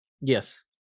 yes